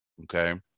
okay